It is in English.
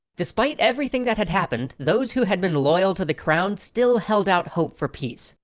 despite everything that had happened, those who had been loyal to the crown still held out hope for peace.